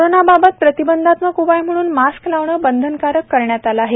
corona बाबत प्रतीबंधात्मक उपाय म्हणून मास्क लावणे बंधनकारक करण्यात आले आहे